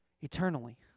eternally